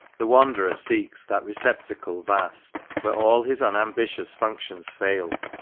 the wanderer seeks that receptacle vast where all his unambitious functions fail.